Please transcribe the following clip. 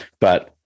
But-